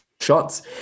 shots